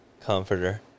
comforter